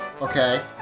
Okay